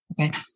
Okay